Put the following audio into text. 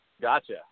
Gotcha